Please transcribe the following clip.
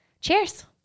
Cheers